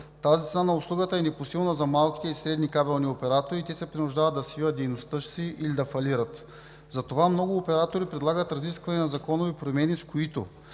Тази цена на услугата е непосилна за малките и средни кабелни оператори. Те се принуждават да свиват дейността си или да фалират. Затова много оператори предлагат разисквания за законови промени, с които